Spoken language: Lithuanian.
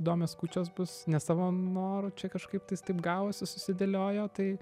įdomios kūčios bus ne savo noru čia kažkaip tais taip gavosi susidėliojo tai